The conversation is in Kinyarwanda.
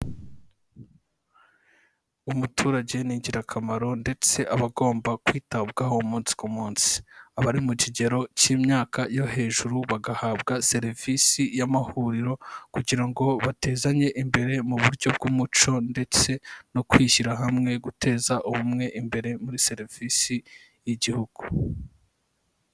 Umuturage ni ingirakamaro ndetse abagomba kwitabwaho umunsi ku munsi. Abari mu kigero cy'imyaka yo hejuru bagahabwa serivisi y'amahuriro kugira ngo batezanye imbere mu buryo bw'umuco ndetse no kwishyira hamwe, guteza ubumwe imbere muri serivisi y'igihugu.